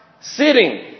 sitting